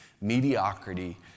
mediocrity